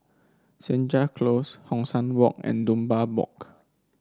Senja Close Hong San Walk and Dunbar Walk